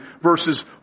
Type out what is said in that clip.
verses